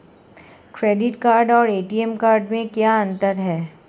Credit card और ATM card में क्या अंतर है?